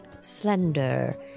slender